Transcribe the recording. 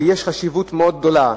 ויש חשיבות מאוד גדולה,